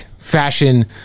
Fashion